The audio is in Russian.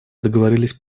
договорились